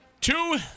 Two